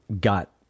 got